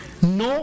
No